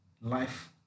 life